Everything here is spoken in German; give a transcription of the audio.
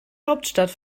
hauptstadt